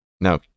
Now